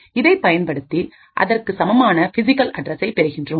இதைப் பயன்படுத்தி அதற்கு சமமான பிசிகல் அட்ரசை பெறுகின்றோம்